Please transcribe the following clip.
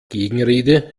gegenrede